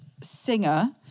singer